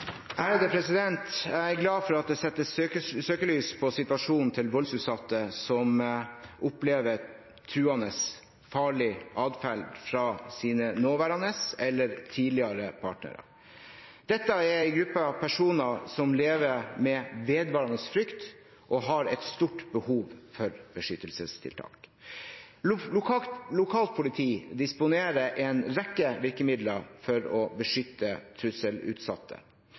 Jeg er glad for at det settes søkelys på situasjonen til voldsutsatte som opplever truende, farlig atferd fra sine nåværende eller tidligere partnere. Dette er en gruppe personer som lever med vedvarende frykt, og som har et stort behov for beskyttelsestiltak. Lokalt politi disponerer en rekke virkemidler for å beskytte trusselutsatte.